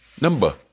Number